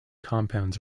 compounds